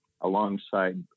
alongside